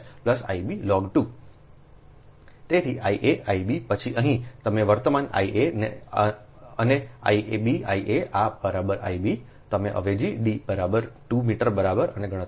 તેથી I aI b પછી અહીં તમે વર્તમાન Ia ને અને I b I a આ બરાબર I b તમે અવેજી D બરાબર 2 મીટર બરાબર અને ગણતરી કરો